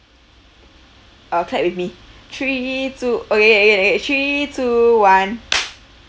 uh clap with me three two uh again again again three two one